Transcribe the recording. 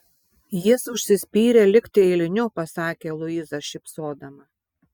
jis užsispyrė likti eiliniu pasakė luiza šypsodama